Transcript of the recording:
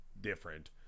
different